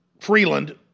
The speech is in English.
Freeland